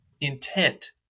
intent